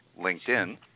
LinkedIn